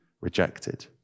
rejected